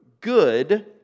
good